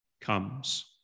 comes